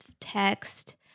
text